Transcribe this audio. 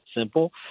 simple